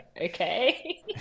okay